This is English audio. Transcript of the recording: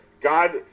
God